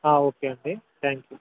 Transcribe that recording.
okay అండి thank you